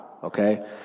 Okay